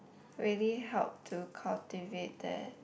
really help to cultivate their